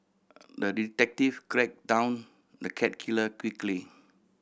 the detective tracked down the cat killer quickly